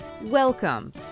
Welcome